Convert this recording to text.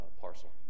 parcel